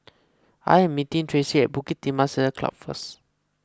I am meeting Traci at Bukit Timah Saddle Club first